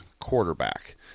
quarterback